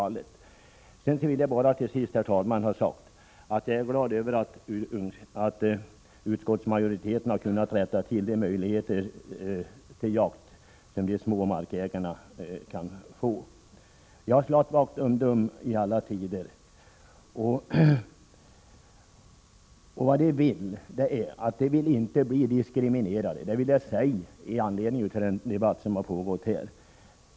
Låt mig till sist säga, herr talman, att det är en glad överraskning att utskottsmajoriteten har uttalat att man skall ta till vara de möjligheter till jakt som de små markägarna kan få. Jag har slagit vakt om dem i alla tider. De vill inte bli diskriminerade — jag understryker detta med anledning av den debatt som förts.